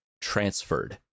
transferred